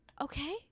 okay